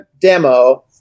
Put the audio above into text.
demo